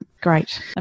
Great